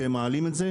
כשהן מעלות את זה,